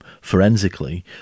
forensically